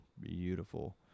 beautiful